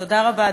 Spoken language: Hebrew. תודה רבה,